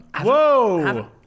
Whoa